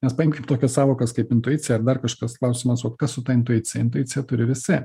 nes paimkim tokias sąvokas kaip intuicija ar dar kažkas klausimas o kas su ta intuicija intuiciją turi visa